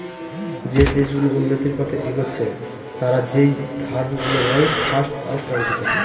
যে দেশ গুলো উন্নতির পথে এগচ্ছে তারা যেই ধার গুলো নেয় ফার্স্ট ওয়ার্ল্ড কান্ট্রি থেকে